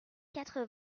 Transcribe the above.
quatre